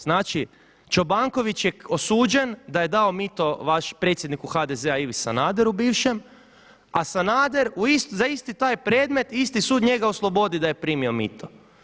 Znači Čobanković je osuđen da je dao mito vašem predsjedniku HDZ-a Ivi Sanaderu bivšem, a Sanader za isti taj predmet, isti sud njega oslobodi da je primio mito.